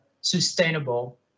sustainable